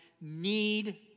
need